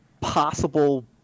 possible